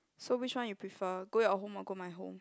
so which one you prefer go your home or go my home